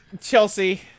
Chelsea